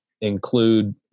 include